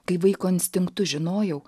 kai vaiko instinktu žinojau